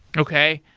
okay.